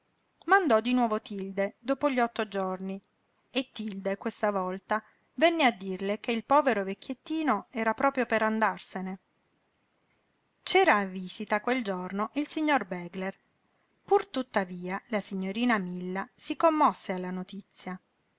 mandò di nuovo tilde dopo gli otto giorni e tilde questa volta venne a dirle che il povero vecchiettino era proprio per andarsene c'era a visita quel giorno il signor begler pur tuttavia la signorina milla si commosse alla notizia